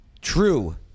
true